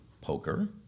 poker